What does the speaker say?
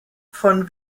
von